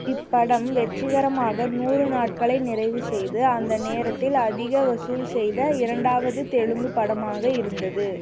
இப்படம் வெற்றிகரமாக நூறு நாட்களை நிறைவு செய்து அந்த நேரத்தில் அதிக வசூல் செய்த இரண்டாவது தெலுங்கு படமாக இருந்தது